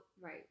Right